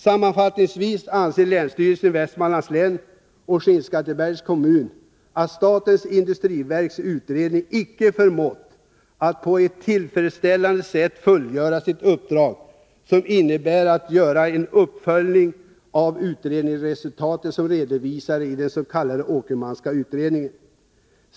Sammanfattningsvis anser länsstyrelsen i Västmanlands län och Skinnskattebergs kommun att statens industriverks utredare inte förmått att på ett tillfredsställande sätt fullgöra sitt uppdrag som innebar att göra en uppföljning av de utredningsresultat som redovisades av den s.k. Åkermanska utredningen.